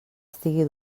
estigui